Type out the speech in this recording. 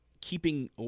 keeping